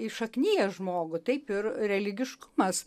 įšaknija žmogų taip ir religiškumas